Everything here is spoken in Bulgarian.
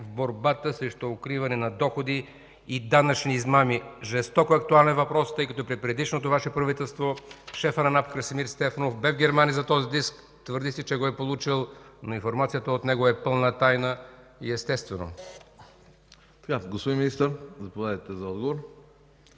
в борбата срещу укриване на доходи и данъчни измами? Жестоко актуален въпрос, тъй като и при предишното Ваше правителство шефът на НАП Красимир Стефанов бе в Германия за този диск. Твърди се, че го е получил, но информацията от него е пълна тайна и е естествено.